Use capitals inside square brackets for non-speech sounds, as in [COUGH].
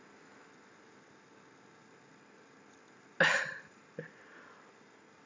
[LAUGHS]